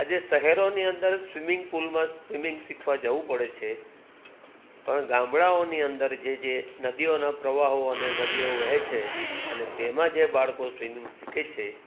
આજે શહેરોની અંદર સ્વિમિંગ પૂલમાં સ્વિમિંગ શીખવા જવું પડે છે પણ ગામડાઓની અંદર જે જે નદીઓના પ્રવાહો અને નદીઓ વહે છે અને તેમાં જે બાળકો સ્વિમિંગ શીખે છે